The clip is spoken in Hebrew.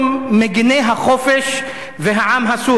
מגיני החופש והעם הסורי.